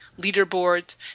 leaderboards